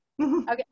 Okay